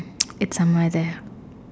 it's a murder